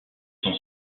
son